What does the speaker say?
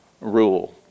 rule